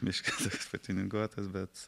biški patiuninguotas bet